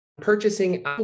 purchasing